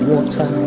Water